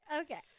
Okay